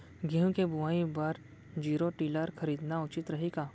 गेहूँ के बुवाई बर जीरो टिलर खरीदना उचित रही का?